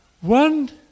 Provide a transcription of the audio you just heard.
One